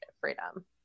freedom